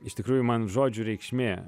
iš tikrųjų man žodžių reikšmė